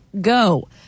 go